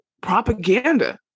propaganda